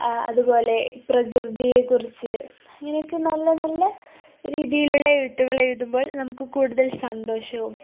അ അതുപോലെ പ്രകൃതിയെക്കുറിച്ച് അങ്ങനെയൊക്കെ നല്ല നല്ല രീതിയിലുള്ള എഴുത്തുകൾ എഴുതുമ്പോൾ നമുക്കു കൂടുതൽ സന്തോഷവും